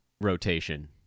rotation